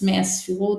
עצמי הספירות,